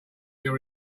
your